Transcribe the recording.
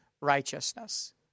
righteousness